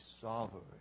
sovereign